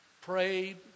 prayed